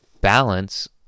balance